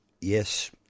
Yes